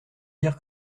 dire